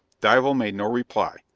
dival made no reply,